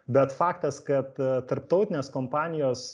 bet faktas kad tarptautinės kompanijos